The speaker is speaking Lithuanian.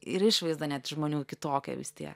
ir išvaizda net žmonių kitokia vis tie